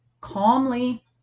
calmly